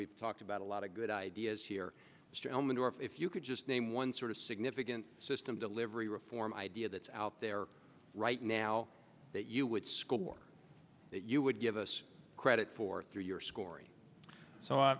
we've talked about a lot of good ideas here mr elmendorf if you could just name one sort of significant system delivery reform idea that's out there right now that you would score that you would give us credit for through your scoring so